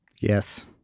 Yes